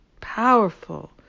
powerful